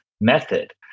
method